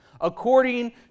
according